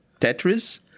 Tetris